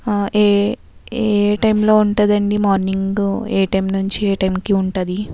ఏ ఏ టైమ్ లో ఉంటుందండి మార్నింగ్ ఏ టైమ్ నుంచి ఏ టైమ్ కి ఉంటుంది